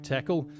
Tackle